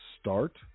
start